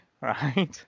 right